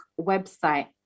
website